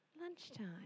lunchtime